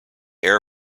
air